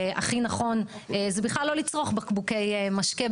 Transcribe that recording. והכי נכון זה בכלל לא לצרוך בקבוקי משקה,